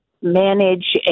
manage